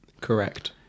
Correct